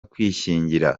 kwishyingira